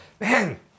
Man